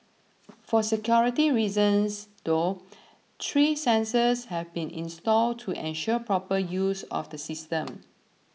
for security reasons though three sensors have been installed to ensure proper use of the system